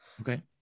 okay